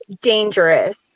dangerous